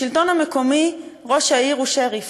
בשלטון המקומי ראש העיר הוא שריף,